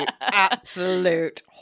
absolute